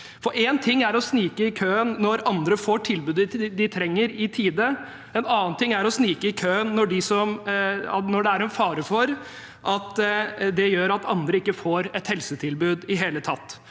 For én ting er å snike i køen når andre får tilbudet de trenger i tide; noe annet er å snike i køen når det er fare for at det gjør at andre ikke får et helsetilbud i det hele tatt